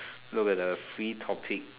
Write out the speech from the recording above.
look at the free topic